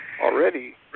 already